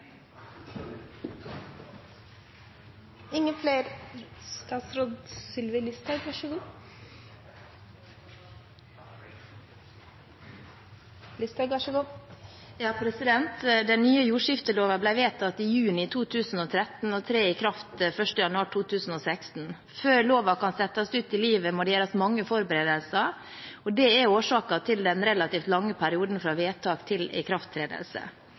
Den nye jordskifteloven ble vedtatt i juni 2013 og trer i kraft 1. januar 2016. Før loven kan settes ut i livet må det gjøres mange forberedelser, og det er årsaken til den relativt lange perioden fra vedtak til ikrafttredelse.